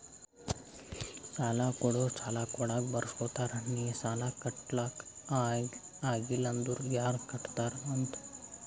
ಸಾಲಾ ಕೊಡೋರು ಸಾಲಾ ಕೊಡಾಗ್ ಬರ್ಸ್ಗೊತ್ತಾರ್ ನಿ ಸಾಲಾ ಕಟ್ಲಾಕ್ ಆಗಿಲ್ಲ ಅಂದುರ್ ಯಾರ್ ಕಟ್ಟತ್ತಾರ್ ಅಂತ್